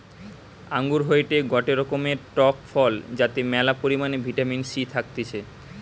আঙ্গুর হয়টে গটে রকমের টক ফল যাতে ম্যালা পরিমাণে ভিটামিন সি থাকতিছে